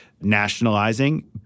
nationalizing